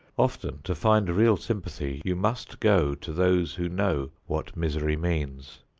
often to find real sympathy you must go to those who know what misery means.